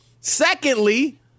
Secondly